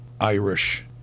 Irish